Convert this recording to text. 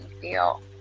feel